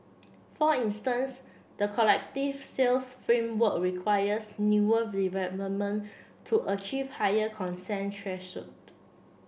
for instance the collective sales framework requires newer development to achieve higher consent